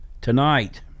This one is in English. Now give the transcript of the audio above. tonight